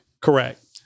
Correct